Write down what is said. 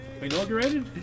inaugurated